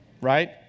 right